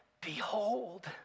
behold